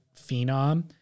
phenom